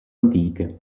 antiche